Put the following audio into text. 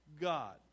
God